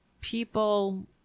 people